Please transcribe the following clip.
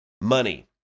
Money